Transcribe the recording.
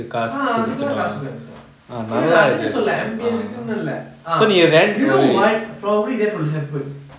ah அதுகுலா காசு வேணு:athukulaa kaasu venu actual lah இல்ல நா அதுனு சொல்ல:illa na athunu solla ambience குனு இல்ல:kunu illa ah you know what probably that will happen